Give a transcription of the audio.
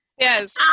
Yes